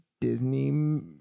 Disney